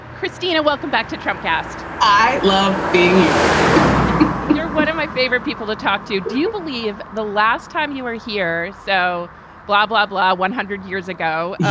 christina, welcome back to trump cast i love being here with you you're one of my favorite people to talk to. do you believe the last time you were here so blah, blah, blah? one hundred years ago,